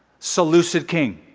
seleucid king,